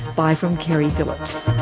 bye from keri phillips